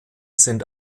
sind